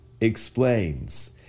explains